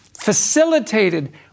facilitated